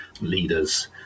leaders